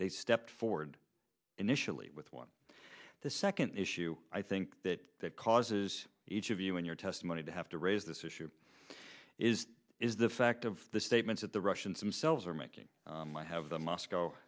they stepped forward initially with one the second issue i think that that causes each of you in your testimony to have to raise this issue is is the fact of the statements that the russians themselves are making i have the moscow